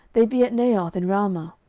they be at naioth in ramah.